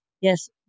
Yes